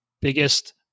biggest